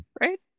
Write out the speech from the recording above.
right